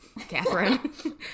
Catherine